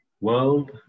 World